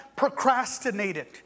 procrastinated